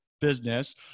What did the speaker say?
business